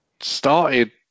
Started